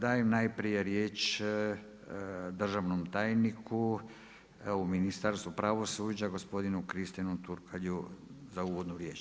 Dajem najprije riječ državnom tajniku u Ministarstvu pravosuđa gospodinu Kristijanu Turkalju za uvodnu riječ.